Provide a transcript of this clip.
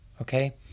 okay